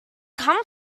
come